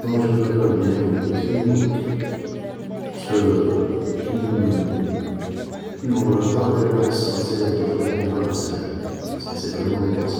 نو جو بريفار بيان نرقد بكري و نوض بكري, بارسكو, كين كي نوض روطار فريمون نحس راسي لا جورني هربت عليا, نحس راسي فريمون ديباسي